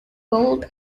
bowled